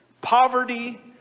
poverty